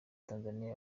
tanzania